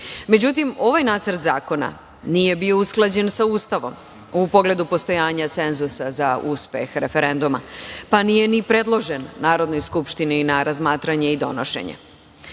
Međutim, ovaj nacrt zakona nije bio usklađen sa Ustavom u pogledu postojanja cenzusa za uspeh referenduma, pa nije ni predložen Narodnoj skupštini na razmatranje i donošenje. Uzimajući